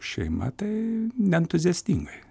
šeima tai neentuziastingai